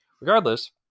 Regardless